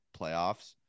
playoffs